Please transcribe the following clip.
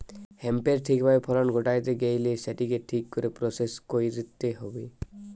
হেম্পের ঠিক ভাবে ফলন ঘটাইতে গেইলে সেটিকে ঠিক করে প্রসেস কইরতে হবে